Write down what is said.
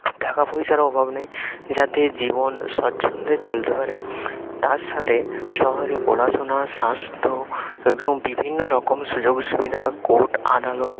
টাকা পয়সার অভাব নেই যাতে জীবন স্বচ্ছন্দে চলতে পারে তার সাথে শহরে পড়াশোনা স্বাস্থ্য এবং বিভিন্ন রকম সুযোগ সুবিধা কোর্ট আদালত